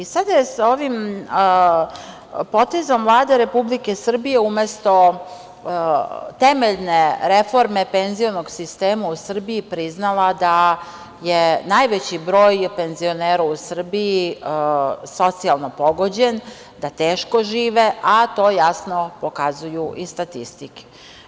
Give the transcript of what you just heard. Sada je ovim potezom Vlada Republike Srbije umesto temeljne reforme penzionog sistema u Srbiji priznala da je najveći broj penzionera u Srbiji socijalno pogođen, da teško žive, a to jasno pokazuju i statistike.